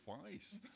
twice